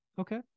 Okay